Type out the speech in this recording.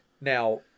Now